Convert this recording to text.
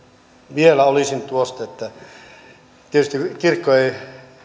vielä olisin kysynyt tietysti kirkko ei